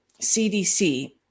CDC